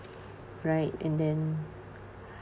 right and then